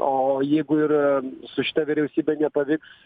o jeigu ir su šita vyriausybe nepavyks